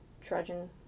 trudging